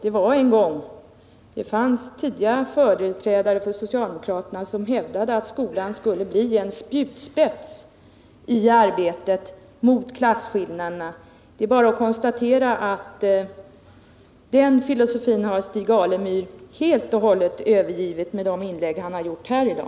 En gång fanns det företrädare för socialdemokratin som hävdade att skolan skulle bli en spjutspets i arbetet mot klasskillnaderna, men det är bara att konstatera att Stig Alemyr helt och hållet har övergivit den filosofin, att döma av de inlägg han har gjort här i dag.